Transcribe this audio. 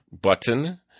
button